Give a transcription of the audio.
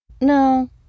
no